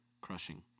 crushing